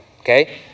okay